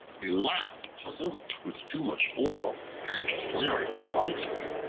a lamp, soaked with too much oil and flaring brightly,